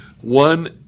One